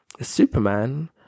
superman